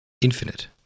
infinite